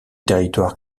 territoire